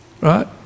right